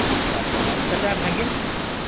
मेहता टोला ई कतए भए गेल